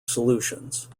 solutions